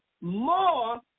more